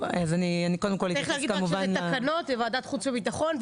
אלו תקנות בוועדת החוץ והביטחון,